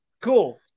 Cool